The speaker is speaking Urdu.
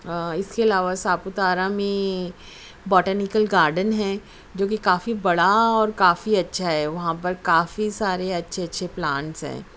اس کے علاوہ ساپوتارہ میں بوٹنیکل گارڈن ہے جو کہ کافی بڑا اور کافی اچھا ہے وہاں پر کافی سارے اچھے اچھے پلانٹس ہیں